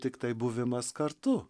tiktai buvimas kartu